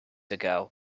ago